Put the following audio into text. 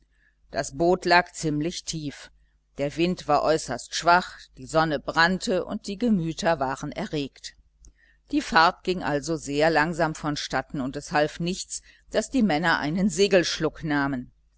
das boot lag ziemlich tief der wind war äußerst schwach die sonne brannte und die gemüter waren erregt die fahrt ging also sehr langsam vonstatten und es half nichts daß die männer einen segelschluck nahmen